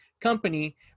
company